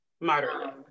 Moderately